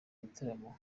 gitaramo